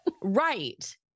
Right